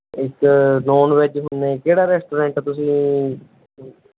ਇੱਕ non veg ਹੁੰਦੇ ਕਿਹੜਾ ਰੈਸਟੋਰੈਂਟ ਤੁਸੀਂ